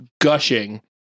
gushing